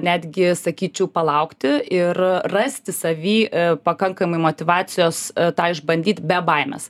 netgi sakyčiau palaukti ir rasti savy pakankamai motyvacijos tą išbandyt be baimės